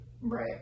Right